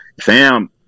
Sam